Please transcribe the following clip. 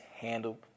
handle